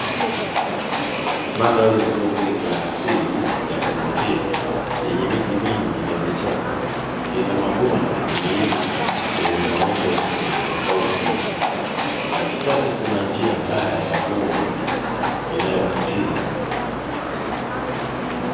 Mandhari nzuri ya asili ya kuvutia yenye miti mingi na vichaka, ina mabonde na milima yenye maumbo tofauti tofauti, katikati kuna njia mbaya ya vumbi inayokatiza.